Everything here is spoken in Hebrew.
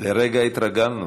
לרגע התרגלנו.